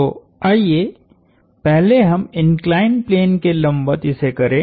तो आइए पहले हम इंक्लाइंड प्लेन के लंबवत इसे करें